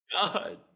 God